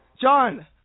John